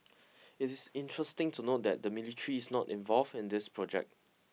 it is interesting to note that the military is not involved in this project